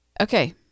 Okay